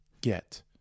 get